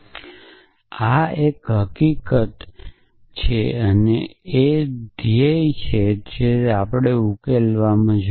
આ એક હકીકત છે આ એક હકીકત છે આ એક ધ્યેય અને તેથી વધુ છે